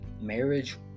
marriage